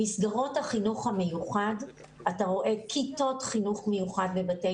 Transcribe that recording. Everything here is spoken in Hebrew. במסגרות החינוך המיוחד אתה רואה שבכיתות החינוך המיוחד בבתי